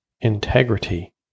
integrity